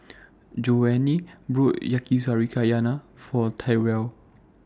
Joanie bought Yakizakana For Tyrel